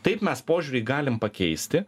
taip mes požiūrį galim pakeisti